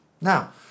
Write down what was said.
now